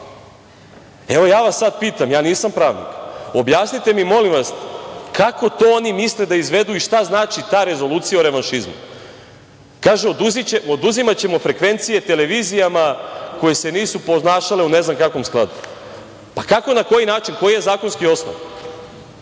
Sada vas pitam, ja nisam pravnik – objasnite mi, molim vas, kako to oni misle da izvedu i šta znači ta rezolucija o revanšizmu? Kažu – oduzimaćemo frekvencije televizijama koje se nisu ponašale u ne znam kakvom skladu. Kako, na koji način, koji je zakonski osnov?